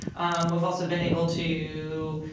um we've also been able to,